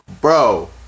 Bro